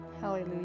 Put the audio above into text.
Hallelujah